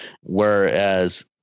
whereas